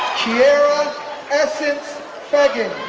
kiera essence feggins,